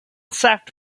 sacked